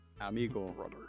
amigo